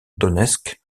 donetsk